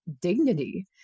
dignity